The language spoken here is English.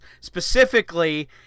Specifically